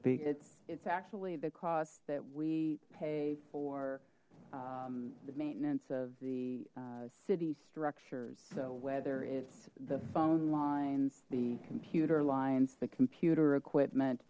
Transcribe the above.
speak it's it's actually the cost that we pay for the maintenance of the city structures so whether it's the phone lines the computer lines the computer equipment